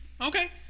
okay